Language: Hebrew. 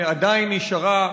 ועדיין נשארה,